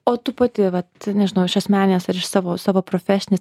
o tu pati vat nežinau iš asmeninės ar iš savo savo profesinės